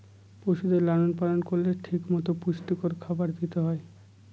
পশুদের লালন পালন করলে ঠিক মতো পুষ্টিকর খাবার দিতে হয়